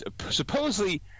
supposedly